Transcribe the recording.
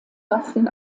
waffen